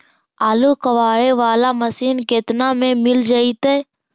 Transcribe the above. आलू कबाड़े बाला मशीन केतना में मिल जइतै?